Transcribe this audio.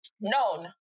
known